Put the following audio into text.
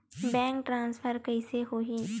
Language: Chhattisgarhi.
बैंक ट्रान्सफर कइसे होही?